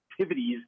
activities